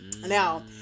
Now